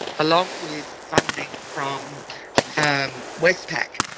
along with funding from and westpac,